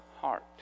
heart